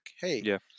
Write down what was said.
Hey